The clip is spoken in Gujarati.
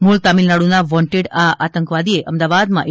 મૂળ તમિળનાડુના વોન્ટેડ આ આતંકવાદીએ અમદાવાદમાં એ